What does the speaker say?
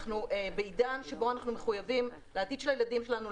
אנחנו בעידן שבו אנחנו מחויבים לעתיד של הילדים שלנו,